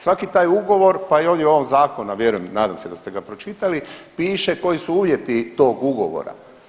Svaki taj ugovor, pa i ovdje u ovom Zakonu, a vjerujem, nadam se da ste ga pročitali, piše koji su uvjeti tog ugovora.